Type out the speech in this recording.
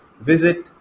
visit